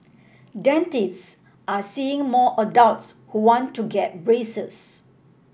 dentists are seeing more adults who want to get braces